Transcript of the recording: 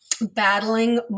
battling